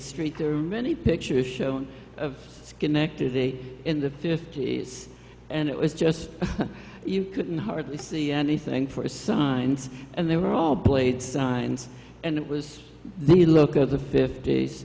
street there are many pictures shown of schenectady in the fifty's and it was just you couldn't hardly see anything for signs and they were all blade signs and it was the look of the fift